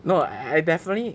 no I definitely